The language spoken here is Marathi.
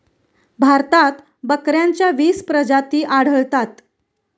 भारतात बकऱ्यांच्या वीस प्रजाती आढळतात